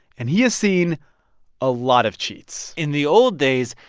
and he has seen a lot of cheats in the old days,